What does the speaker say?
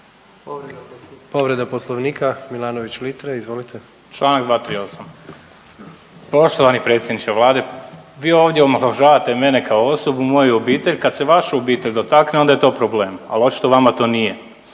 Litre, Marko (Hrvatski suverenisti)** Čl. 238., poštovani predsjedniče Vlade vi ovdje omalovažavate mene kao osobu, moju obitelj. Kad se u vašu obitelj dotakne onda je to problem, al očito vama to nije.